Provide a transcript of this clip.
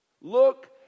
Look